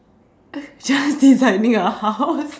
designing a house